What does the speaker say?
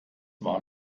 war